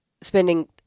spending